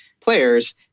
players